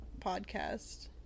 podcast